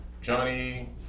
Johnny